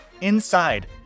Inside